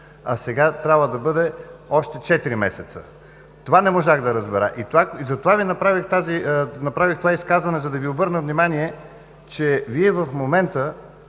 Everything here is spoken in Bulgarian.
а сега трябва да бъде още четири месеца?! Това не можах да разбера и затова направих изказване, за да Ви обърна внимание, че в момента